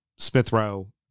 Smithrow